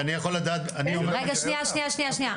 אני רוצה שנייה